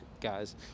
guys